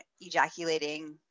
ejaculating